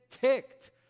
ticked